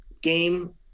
game